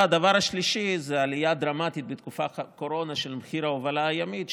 והדבר השלישי זה עלייה דרמטית בתקופת הקורונה של מחיר ההובלה הימית,